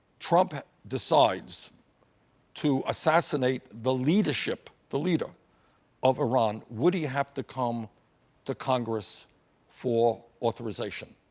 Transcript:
trump decides to assassinate the leadership the leader of iran, would he have to come to congress for authorization,